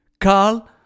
Carl